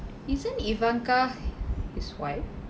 isn't ivanka his wife